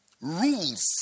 rules